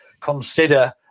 consider